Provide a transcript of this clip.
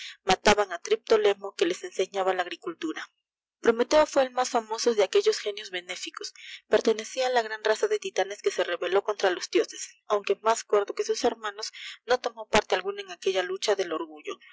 mataban á triptolemo que les enseñaba la agricultura prometeo fué el mas famoso de aquellos genios benéficos pertenecia á la gran raza do titanes que se rebeló contra los diolles aunque mas cuerdo que us hermanos no tomó parte alguna en aquellas luch del orgullo